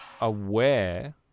aware